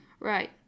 Right